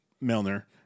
Milner